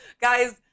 Guys